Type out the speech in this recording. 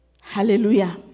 Hallelujah